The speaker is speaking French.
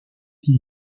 qui